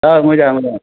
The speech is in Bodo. अ मोजां मोजां